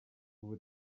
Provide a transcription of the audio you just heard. ubu